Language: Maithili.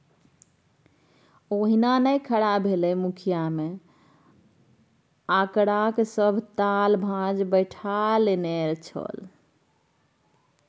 ओहिना नै खड़ा भेलै मुखिय मे आंकड़ाक सभ ताल भांज बैठा नेने छल